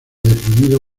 deprimido